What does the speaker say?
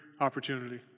opportunity